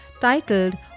titled